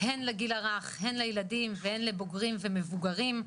הן לגיל הרך, הן לילדים, והן לבוגרים ומבוגרים.